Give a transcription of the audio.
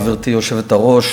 גברתי היושבת-ראש,